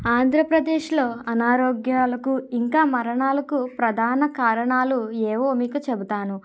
ఆంధ్రప్రదేశ్లో అనారోగ్యాలకు ఇంకా మరణాలకు ప్రధాన కారణాలు ఏవో మీకు చెబుతాను